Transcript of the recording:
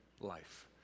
life